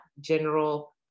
general